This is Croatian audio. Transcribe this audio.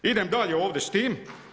Idem dalje ovdje s tim.